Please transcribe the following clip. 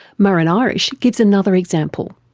muireann irish gives another example